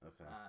okay